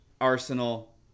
Arsenal